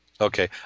Okay